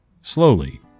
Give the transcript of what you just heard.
slowly